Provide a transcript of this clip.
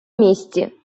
місці